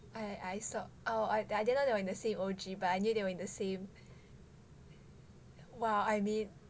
I I sa~ oh I didn't know that they were in the same O_G but I knew that they were in the same !wah! I be~